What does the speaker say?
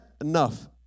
enough